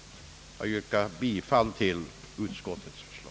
Jag yrkar, herr talman, bifall till utskottets förslag.